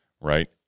right